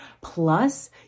Plus